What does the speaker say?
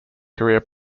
career